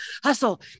hustle